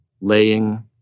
laying